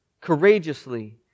courageously